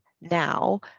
now